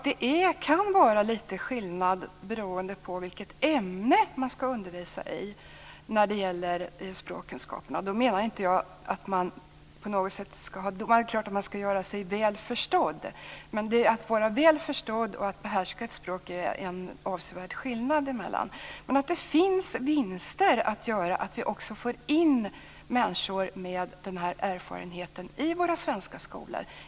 Det kan vara lite skillnad beroende på vilket ämne man ska undervisa i när det gäller språkkunskaperna. Det är klart att man ska göra sig väl förstådd men det är en avsevärd skillnad mellan att göra sig väl förstådd och att behärska ett språk. Det finns dock vinster att göra på att i våra svenska skolor också få in människor med nämnda erfarenhet.